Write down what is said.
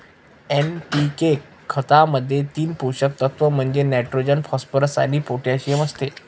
NPK खतामध्ये तीन पोषक तत्व म्हणजे नायट्रोजन, फॉस्फरस आणि पोटॅशियम असते